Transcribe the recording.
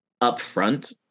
upfront